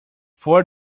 four